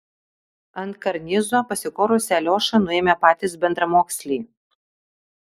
ant karnizo pasikorusį aliošą nuėmė patys bendramoksliai